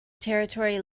territory